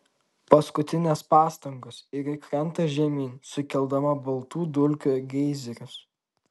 paskutinės pastangos ir ji krenta žemyn sukeldama baltų dulkių geizerius